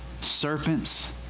serpent's